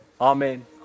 Amen